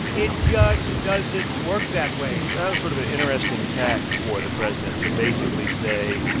it just doesn't work that way that was sort of an interesting tack for the president to basically say,